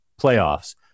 playoffs